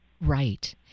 Right